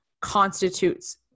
constitutes